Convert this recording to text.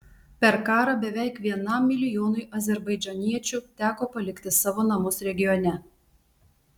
per karą beveik vienam milijonui azerbaidžaniečių teko palikti savo namus regione